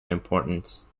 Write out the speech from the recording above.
importance